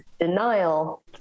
Denial